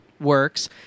Works